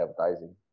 advertising